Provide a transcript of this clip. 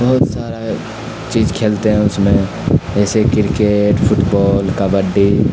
بہت سارا چیز کھیلتے ہیں اس میں جیسے کرکٹ فٹ بال کبڈی